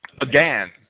Again